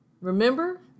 remember